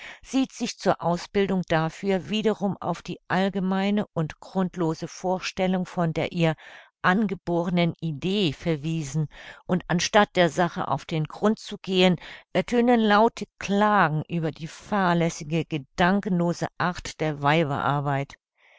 sieht sich zur ausbildung dafür wiederum auf die allgemeine und grundlose vorstellung von der ihr angebornen idee verwiesen und anstatt der sache auf den grund zu gehen ertönen laute klagen über die fahrlässige gedankenlose art der